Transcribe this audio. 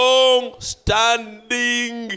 Long-standing